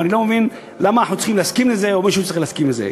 ואני לא מבין למה אנחנו צריכים להסכים לזה או מישהו צריך להסכים לזה.